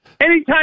Anytime